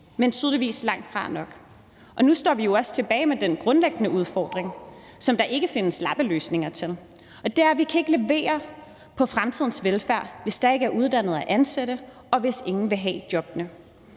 men tydeligvis langtfra nok. Og nu står vi jo også tilbage med den grundlæggende udfordring, som der ikke findes lappeløsninger på, og det er, at vi ikke kan levere på fremtidens velfærd, hvis der ikke er uddannede at ansætte, og hvis ingen vil have jobbene.